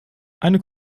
eine